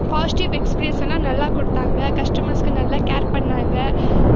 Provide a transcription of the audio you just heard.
positive எக்ஸ்பீரியன்ஸுன்னா நல்லா கொடுத்தாங்க கஸ்டமர்ஸுக்கு நல்லா கேர் பண்ணிணாங்க